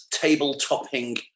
Table-topping